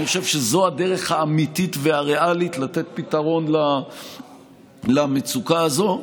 אני חושב שזו הדרך האמיתית והריאלית לתת פתרון למצוקה הזאת.